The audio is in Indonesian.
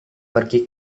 pergi